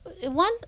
one